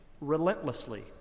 relentlessly